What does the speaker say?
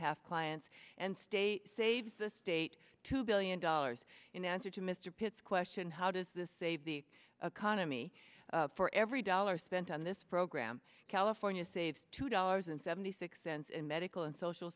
half clients and state saves the state two billion dollars in answer to mr pitts question how does this save the economy for every dollar spent on this program california save two dollars and seventy six cents in medical and social